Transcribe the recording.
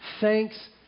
thanks